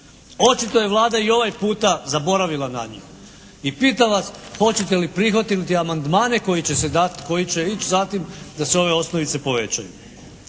Očito je Vlada i ovaj puta zaboravila na njih. I pitam vas hoćete li prihvatiti amandmane koji će se dati, koji će ići za tim da se ove osnovice povećaju?